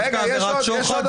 למה דווקא עבירת שוחד?